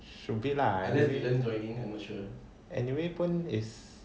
should be lah anyway pun is